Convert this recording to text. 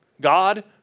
God